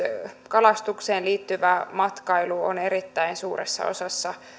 kalastukseen liittyvä matkailu on erittäin suuressa osassa